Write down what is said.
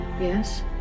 Yes